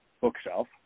bookshelf